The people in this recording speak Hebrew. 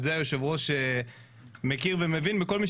את זה היושב-ראש מכיר ומבין וכל מי